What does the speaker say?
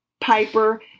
Piper